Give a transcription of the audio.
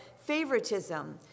favoritism